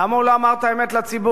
למה הוא לא אמר את האמת לציבור?